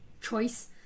choice